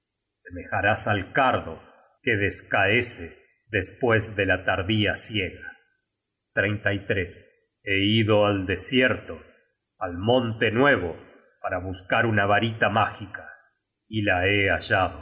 la angustia semejarás al cardo que descaece despues de la tardía siega he ido al desierto al monte nuevo para buscar una varita mágica y la he